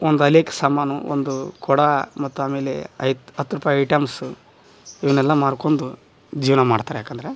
ಒಂದು ಅಲೆಯಕ್ ಸಾಮಾನು ಒಂದು ಕೊಡ ಮತ್ತಾಮೇಲೆ ಐದು ಹತ್ತು ರೂಪಾಯಿ ಐಟಮ್ಸು ಇವನ್ನೆಲ್ಲ ಮಾರ್ಕೊಂಡು ಜೀವನ ಮಾಡ್ತಾರ್ ಯಾಕಂದ್ರೆ